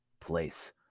place